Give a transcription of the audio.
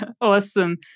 Awesome